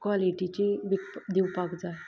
क्वॉलिटीचे विकपा दिवपाक जाय